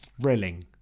thrilling